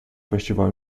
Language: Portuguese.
festival